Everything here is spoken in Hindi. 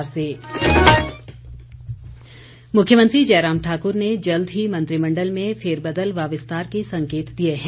मुख्यमंत्री मुख्यमंत्री जयराम ठाकुर ने जल्द ही मंत्रिमंडल में फेरबदल व विस्तार के संकेत दिए हैं